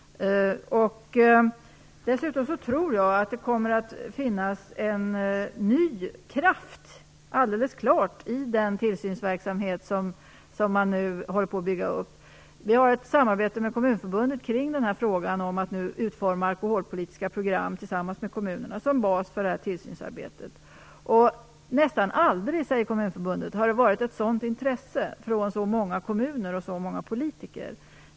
Jag tror att det alldeles klart kommer att finnas en ny kraft i den tillsynsverksamhet som man nu håller på att bygga upp. Vi har ett samarbete med Kommunförbundet i frågan om att tillsammans med kommunerna utarbeta alkoholpolitiska program som en bas för detta tillsynsarbete. Nästan aldrig har det, enligt Kommunförbundet, varit ett sådant intresse från så många kommuner och politiker.